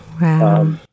Wow